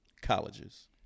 colleges